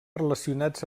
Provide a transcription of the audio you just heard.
relacionats